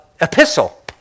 epistle